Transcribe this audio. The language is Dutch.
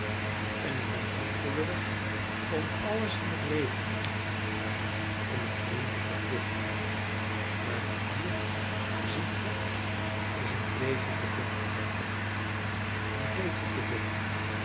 en ik ben ook gewillig om alles in het redelijke te doen om een vriend te verplichten maar dit hier ziet ge is een beetje te veel gevergd een beetje